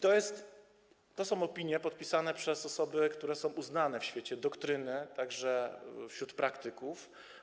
To są opinie podpisane przez osoby, które są uznane w świecie doktryny, także wśród praktyków.